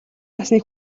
насны